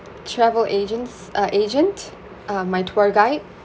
travel agents uh agent uh my tour guide